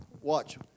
watch